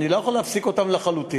אני לא יכול להפסיק אותם לחלוטין.